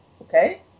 okay